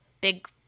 big